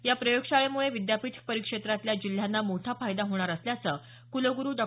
या प्रयोगशाळेमुळे विद्यापीठ परिक्षेत्रातल्या जिल्ह्यांना मोठा फायदा होणार असल्याचं क्लगुरू डॉ